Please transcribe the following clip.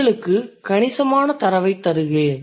உங்களுக்கு கணிசமான தரவைத் தருவேன்